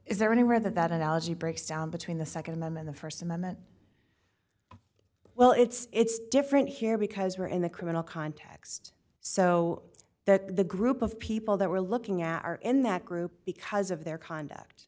is there any where that that analogy breaks down between the nd them and the st amendment well it's different here because we're in the criminal context so that the group of people that we're looking at are in that group because of their conduct